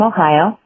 Ohio